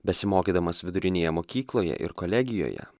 besimokydamas vidurinėje mokykloje ir kolegijoje